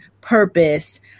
purpose